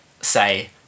say